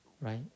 Right